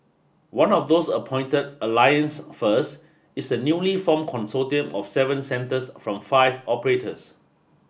one of those appointed Alliance First is a newly formed consortium of seven centres from five operators